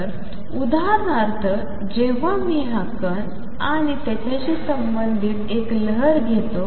तर उदाहरणार्थ जेव्हा मी हा कण आणि त्याच्याशी संबंधित एक लहर घेतो